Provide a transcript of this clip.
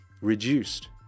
reduced